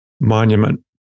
monument